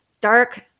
dark